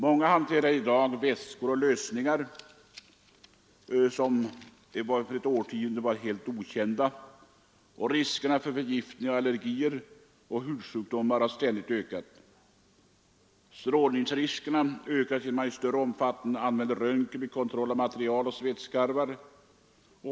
Många hanterar i dag vätskor och lösningar som för ett årtionde sedan var helt okända. Riskerna för förgiftningar, allergier och hudsjukdomar har ständigt ökat. Strålningsriskerna ökas genom att man i större omfattning använder röntgen vid kontroll av material och svetsskarvar.